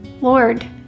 Lord